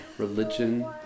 Religion